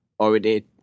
already